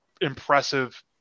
impressive